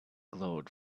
glowed